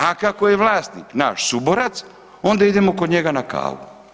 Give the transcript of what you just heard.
A kako je vlasnik naš suborac, onda idemo kod njega na kavu.